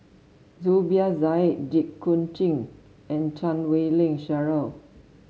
Zubir Said Jit Koon Ch'ng and Chan Wei Ling Cheryl